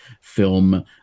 film